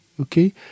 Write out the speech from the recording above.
okay